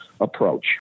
approach